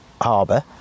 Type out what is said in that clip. harbour